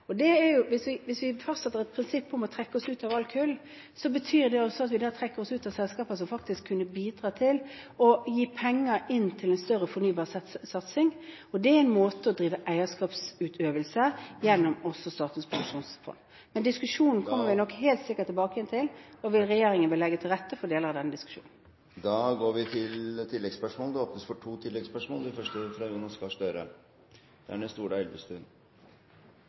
Hvis vi fastsetter et prinsipp om å trekke oss ut av all kull, betyr det også at vi da trekker oss ut av selskaper som faktisk kunne bidratt til å gi penger inn til en større fornybarsatsing. Det er en måte å drive eierskapsutøvelse på også gjennom Statens pensjonsfond. Men diskusjonen kommer vi nok helt sikkert tilbake til, og regjeringen vil legge til rette for deler av den diskusjonen. Det åpnes for to oppfølgingsspørsmål – først representanten Jonas Gahr Støre. Jeg synes statsministeren har en åpen og klok tone i tilnærmingen til dette. Ja, det